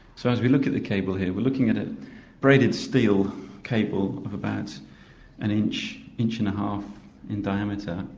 so as we look at the cable here we're looking at a braided steel cable of about an inch, inch and a half in diameter.